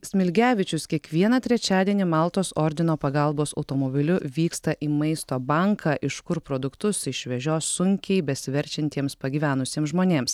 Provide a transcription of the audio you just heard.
smilgevičius kiekvieną trečiadienį maltos ordino pagalbos automobiliu vyksta į maisto banką iš kur produktus išvežios sunkiai besiverčiantiems pagyvenusiems žmonėms